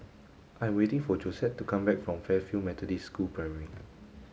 I am waiting for Josette to come back from Fairfield Methodist School Primary